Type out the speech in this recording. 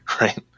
right